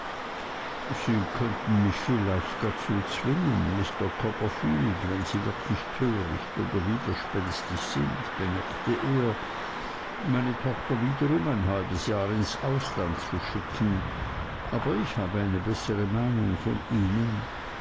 sie könnten mich vielleicht dazu zwingen mr copperfield wenn sie wirklich töricht oder widerspenstig sind bemerkte er meine tochter wiederum ein halbes jahr ins ausland zu schicken aber ich habe eine bessere meinung von ihnen